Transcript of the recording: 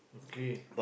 kay